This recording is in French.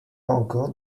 encore